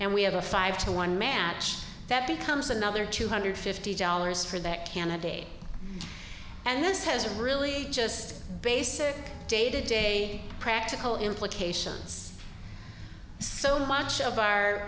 and we have a five to one manch that becomes another two hundred fifty dollars for that candidate and this has really just basic day to day practical implications so much of our